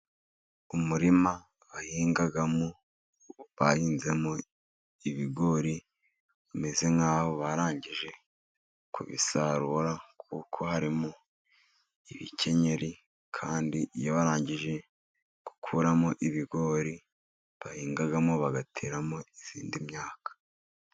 Umurima bahingamo, bahinzemo ibigori bameze nk'aho barangije kubisarura kuko harimo ibikenyeri, kandi iyo barangije gukuramo ibigor,i bahingamo bagateramo indi myaka.